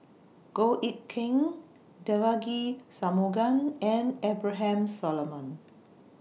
Goh Eck Kheng Devagi Sanmugam and Abraham Solomon